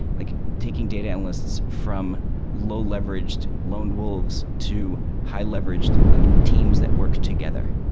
like taking data analysts from low leveraged loan wolves to high-leveraged like teams that work together.